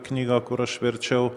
knyga kur aš verčiau